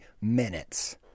minutes